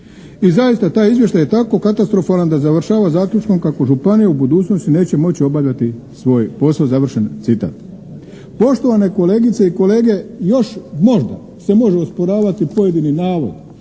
I zaista, taj izvještaj je tako katastrofalan da završava zaključkom kako županija u budućnosti neće moći obavljati svoj posao. Završen citat. Poštovane kolegice i kolege, još možda se može osporavati pojedini navod,